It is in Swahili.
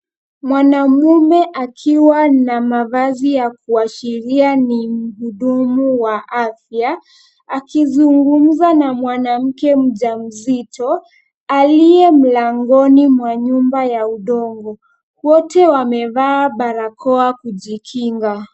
Mwanamume akiwa na mavazi ya kuashiria ni mhudumu wa afya akizungumza na mwanamke mja mzito aliye mlangoni mwa yumba ya udongo. Wote wamevaa barakoa kujikinga.